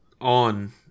on